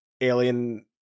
alien